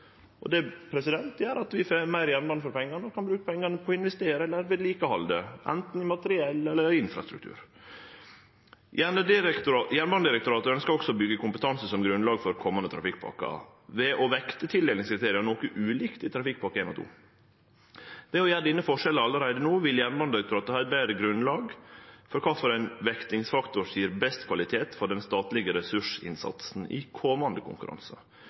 Det gjer at vi får meir jernbane for pengane, og kan bruke dei på å investere eller å halde ved like anten materiell eller infrastruktur. Jernbanedirektoratet ønskjer også å byggje kompetanse som grunnlag for komande trafikkpakker ved å vekte tildelingskriteria noko ulikt i Trafikkpakke 1 og 2. Ved å gjere denne forskjellen allereie no vil Jernbanedirektoratet ha eit betre grunnlag for kva vektingsfaktor som gjev best kvalitet for den statlege ressursinnsatsen i komande konkurransar.